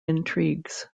intrigues